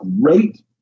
great